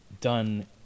done